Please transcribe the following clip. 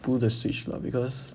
pull the switch lah because